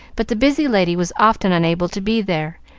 but the busy lady was often unable to be there,